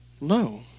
No